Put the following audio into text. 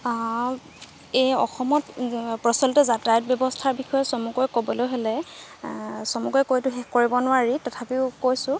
এই অসমত প্ৰচলিত যাতায়াত ব্যৱস্থাৰ বিষয়ে চমুকৈ ক'বলৈ হ'লে চমুকৈ কৈতো শেষ কৰিব নোৱাৰি তথাপিও কৈছোঁ